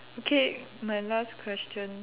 okay my last question